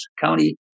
county